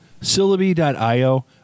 syllabi.io